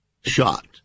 shot